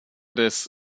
des